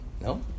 No